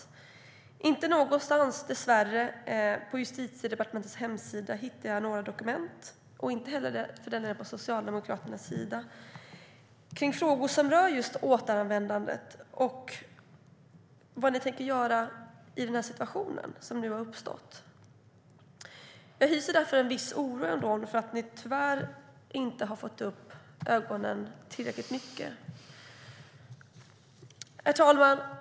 Dessvärre hittar jag inte någonstans på Justitiedepartementets eller Socialdemokraternas hemsida några dokument kring frågor som rör återvändande och vad ni tänker göra åt situationen som nu har uppstått. Jag hyser därför en viss oro för att ni tyvärr inte har fått upp ögonen tillräckligt mycket för det här. Herr talman!